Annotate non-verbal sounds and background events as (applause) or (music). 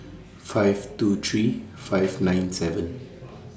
five two three five nine seven (noise)